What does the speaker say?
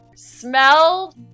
smell